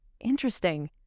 Interesting